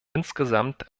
insgesamt